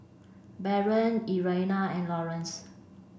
Barron Irena and Laurance